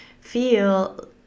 feel